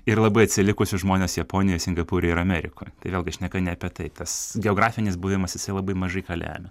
ir labai atsilikusius žmones japonijoj singapūre ir amerikoj tai vėlgi šneka ne apie tai tas geografinis buvimas jisai labai mažai ką lemia